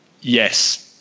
Yes